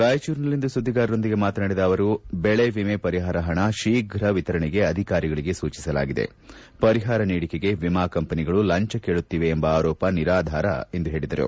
ರಾಯಚೂರಿನಲ್ಲಿಂದು ಸುದ್ದಿಗಾರರೊಂದಿಗೆ ಮಾತನಾಡಿದ ಅವರು ಬೆಳೆ ವಿಮೆ ಪರಿಹಾರ ಹಣ ಶೀಫ್ರ ವಿತರಣೆಗೆ ಅಧಿಕಾರಿಗಳಿಗೆ ಸೂಚಿಸಲಾಗಿದೆ ಪರಿಹಾರ ನೀಡಿಕೆಗೆ ವಿಮಾ ಕಂಪನಿಗಳು ಲಂಚ ಕೇಳುತ್ತಿವೆ ಎಂಬ ಆರೋಪ ನಿರಾಧಾರ ಎಂದು ಹೇಳಿದರು